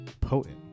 potent